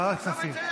ועדת כספים.